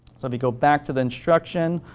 so, if you go back to the instructions,